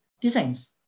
designs